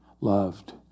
loved